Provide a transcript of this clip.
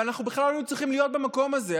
אבל אנחנו בכלל לא היינו צריכים להיות במקום הזה.